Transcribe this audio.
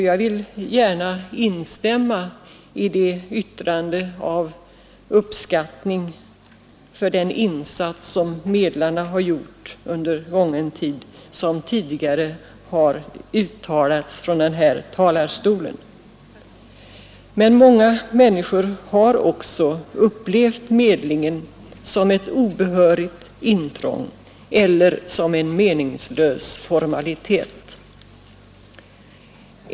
Jag vill gärna instämma i de uppskattande omdömen som tidigare har fällts från denna talarstol beträffande den insats som medlarna har gjort under gången tid. Men många människor har oci upplevt medlingen som ett obehörigt intrång eller som en meningslös formalitet.